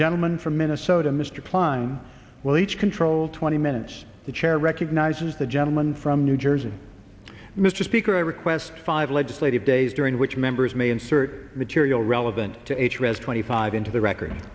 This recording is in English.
gentleman from minnesota mr kline well each control twenty minutes the chair recognizes the gentleman from new jersey mr speaker i request five legislative days during which members may insert material relevant to each rest twenty five into the record